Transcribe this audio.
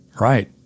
Right